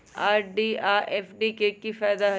RD आ FD के कि फायदा हई?